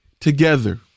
together